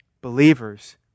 believers